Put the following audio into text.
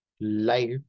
life